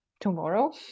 tomorrow